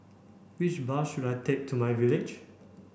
which bus should I take to my Village